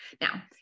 Now